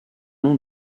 nom